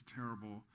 terrible